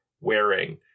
wearing